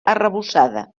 arrebossada